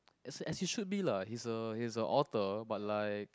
as as you should be lah he's a he's a author but like